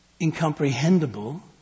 incomprehensible